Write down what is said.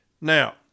Now